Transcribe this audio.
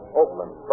Oakland